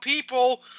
people